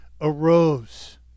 arose